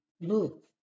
Look